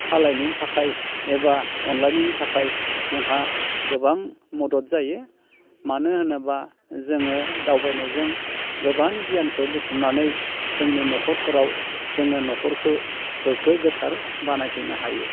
सालायनो थाखाय एबा अनलायनायनि थाखाय जोंहा गोबां मदद जायो मानो होनोब्ला जोङो दावबायनायजों गोबां गियानखो बुथुमनानै जोंनि न'खरफोराव जोङो न'खरखौ गोगो गोथार बानायफैनो हायो